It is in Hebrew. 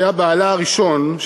שהיה בעלה הראשון,